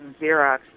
Xerox